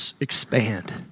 expand